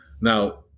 Now